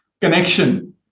connection